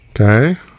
Okay